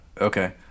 okay